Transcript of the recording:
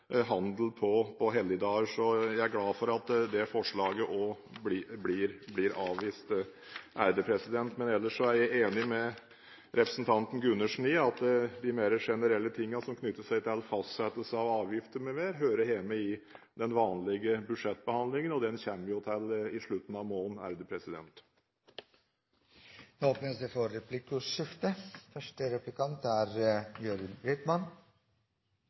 handel på helligdager, så jeg er glad for at det forslaget blir avvist. Ellers er jeg enig med representanten Gundersen i at de mer generelle tingene som knytter seg til fastsettelse av avgifter m.m., hører hjemme i den vanlige budsjettbehandlingen, og den kommer vi jo til i slutten av måneden. Det blir replikkordskifte. Jeg lurer på om statsråden kan fortelle om han ikke er